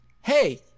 hey